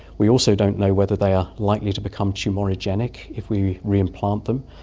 we also don't know whether they are likely to become tumorigenic if we reimplant them,